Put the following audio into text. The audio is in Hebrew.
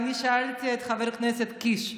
אני שאלתי את חבר הכנסת קיש.